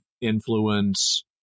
influence